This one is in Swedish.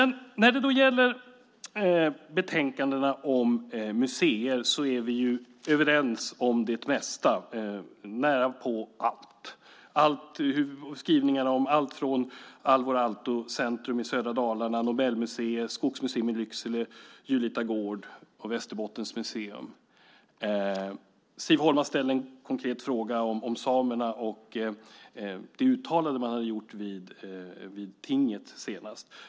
När det gäller betänkandet om museer är vi överens om det mesta, närapå allt, från skrivningarna om ett Alvar Aalto-centrum i södra Dalarna till ett Nobelmuseum, Skogsmuseet i Lycksele, Julita gård och Västerbottens museum. Siv Holma ställde en konkret fråga om samerna och det uttalande man hade gjort vid tinget senast.